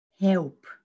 help